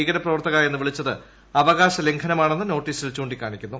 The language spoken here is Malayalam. ഭീകരപ്രവർത്തക എന്നു പ്പിളിച്ചത് അവകാശ ലംഘനമാണെന്ന് നോട്ടീസിൽ ചൂണ്ടിക്കാ്ണിക്ക്ുന്നു